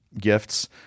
gifts